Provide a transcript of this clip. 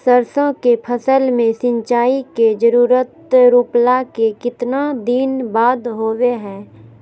सरसों के फसल में सिंचाई के जरूरत रोपला के कितना दिन बाद होबो हय?